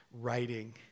writing